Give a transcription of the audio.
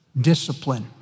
discipline